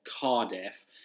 Cardiff